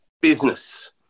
business